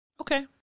Okay